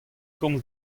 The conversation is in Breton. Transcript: komz